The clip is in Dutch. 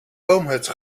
boomhut